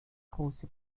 große